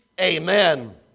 Amen